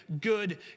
good